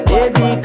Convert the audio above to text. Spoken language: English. Baby